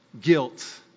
guilt